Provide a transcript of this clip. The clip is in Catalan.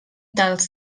dels